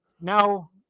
Now